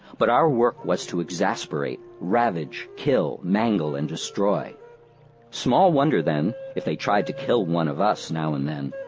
but our work was to exasperate, ravage, kill, mangle and destroy small wonder, then, if they tried to kill one of us now and then.